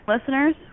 listeners